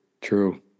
true